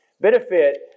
benefit